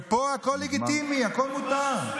ופה הכול לגיטימי, הכול מותר.